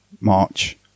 March